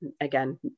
again